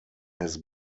his